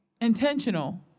intentional